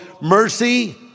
mercy